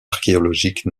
archéologique